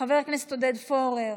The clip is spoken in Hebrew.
חבר הכנסת עודד פורר,